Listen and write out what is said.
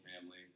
family